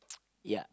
yeah